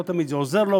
אך לא תמיד זה עוזר לו,